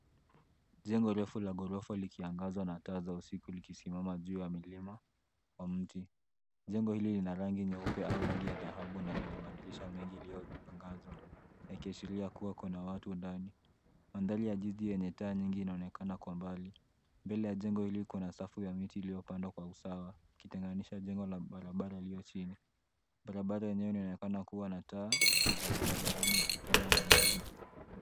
Jengo refu la ghorofa likiangazwa na taa za usiku likisimama juu ya milima wa mti. Jengo hili lina rangi nyeupe au rangi ya dhahabu na lina madirisha mengi iliyoangazwa, yakiashiria kuwa kuna watu ndani. Mandhari ya jiji yenye taa nyingi inaonekana kwa mbali. Mbele ya jengo hili kuna safu ya miti iliyopandwa kwa usawa ikitenganisha jengo na barabara iliyo chini. Barabara yenyewe inaonekana kuwa na taa za barabarani zikitoa mwanga mdogo.